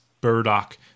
burdock